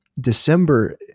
December